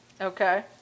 Okay